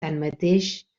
tanmateix